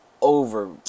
over